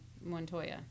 Montoya